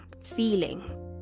feeling